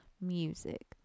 music